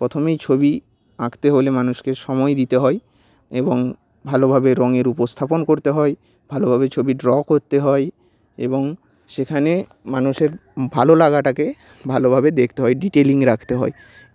প্রথমেই ছবি আঁকতে হলে মানুষকে সময় দিতে হয় এবং ভালোভাবে রংয়ের উপস্থাপন করতে হয় ভালোভাবে ছবি ড্র করতে হয় এবং সেখানে মানুষের ভালো লাগাটাকে ভালোভাবে দেখতে হয় ডিটেলিং রাখতে হয়